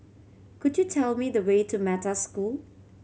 could you tell me the way to Metta School